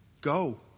Go